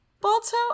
Balto